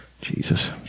Jesus